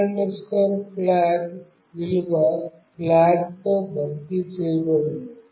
old flag విలువ flag తో భర్తీ చేయబడింది